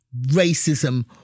racism